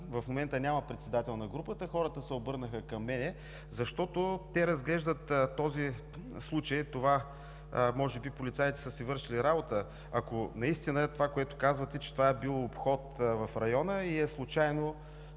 в момента няма председател на групата, хората се обърнаха към мен. Защото те разглеждат този случай – може би полицаите са си вършили работата, ако е наистина това, което казвате, че това било обход в района и случайно